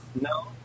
No